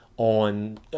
on